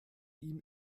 ihm